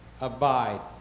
abide